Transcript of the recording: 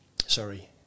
sorry